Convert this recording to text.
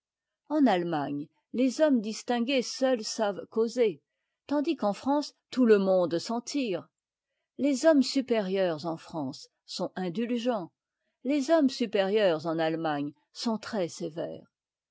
en a lemagne les hommes distingués seuls savent causer tandis qu'en france tout le monde s'en tire les hommes supérieurs en france sont indulgents les hommes supérieurs en allemagne sont